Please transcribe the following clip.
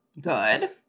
Good